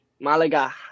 Malaga